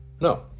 No